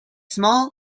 small